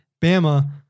Bama